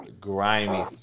grimy